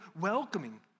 welcoming